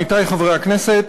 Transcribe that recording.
עמיתי חברי הכנסת,